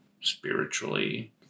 spiritually